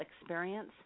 experience